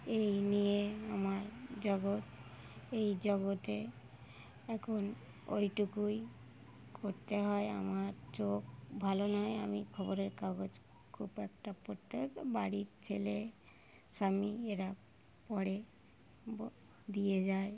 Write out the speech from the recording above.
এই নিয়ে আমার জগৎ এই জগতে এখন ওটুকুই করতে হয় আমার চোখ ভালো নয় আমি খবরের কাগজ খুব একটা পড়তে ওই বাড়ির ছেলে স্বামী এরা পড়ে ব দিয়ে যায়